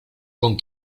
con